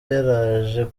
yaraje